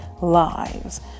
lives